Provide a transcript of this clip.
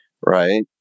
right